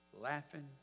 laughing